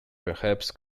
perhaps